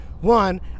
One